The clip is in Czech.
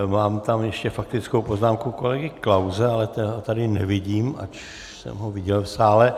Mám tam ještě faktickou poznámku kolegy Klause, ale toho tady nevidím, ač jsem ho viděl v sále.